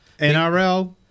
NRL